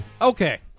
Okay